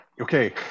okay